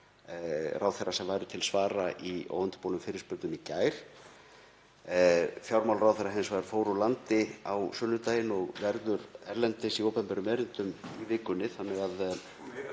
ráðherra sem væru til svara í óundirbúnum fyrirspurnum í gær. Fjármálaráðherra fór hins vegar úr landi á sunnudaginn og verður erlendis í opinberum erindum í vikunni.